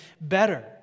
better